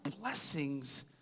blessings